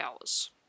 hours